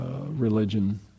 religion